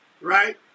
right